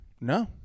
No